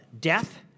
death